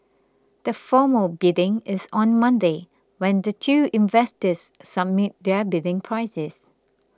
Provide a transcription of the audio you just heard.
the formal bidding is on Monday when the two investors submit their bidding prices